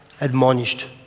admonished